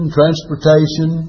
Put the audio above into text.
transportation